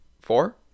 four